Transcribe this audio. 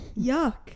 yuck